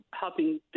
helping